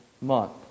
month